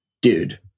Dude